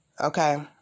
Okay